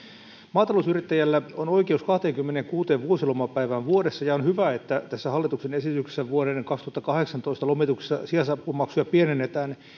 maatalousyrittäjällä on oikeus kahteenkymmeneenkuuteen vuosilomapäivään vuodessa ja on hyvä että tässä hallituksen esityksessä vuoden kaksituhattakahdeksantoista lomituksessa sijaisapumaksuja pienennetään